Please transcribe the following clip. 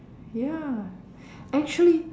ya actually